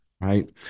right